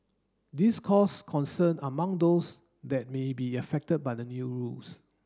this caused concern among those that may be affected by the new rules